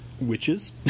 witches